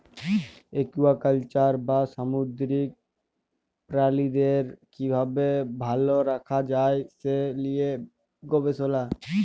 aquaculture বা সামুদ্দিরিক পিরালিদের কিভাবে ভাল রাখা যায় সে লিয়ে গবেসলা